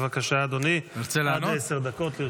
בבקשה, אדוני, עד עשר דקות לרשותך.